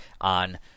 on